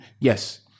Yes